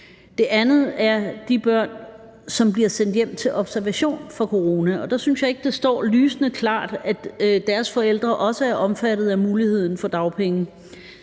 gruppe er de børn, som bliver sendt hjem til observation for corona, og der synes jeg ikke, det står lysende klart, at deres forældre også er omfattet af muligheden for dagpenge.